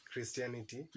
Christianity